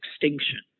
extinction